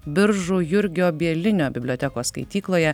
biržų jurgio bielinio bibliotekos skaitykloje